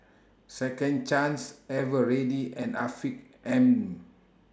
Second Chance Eveready and Afiq M